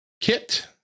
kit